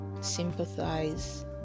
sympathize